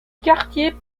quartier